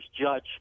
judge